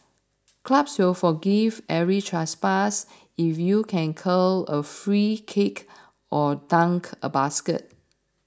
clubs will forgive every trespass if you can curl a free kick or dunk a basket